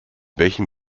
welchen